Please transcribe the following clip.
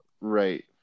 Right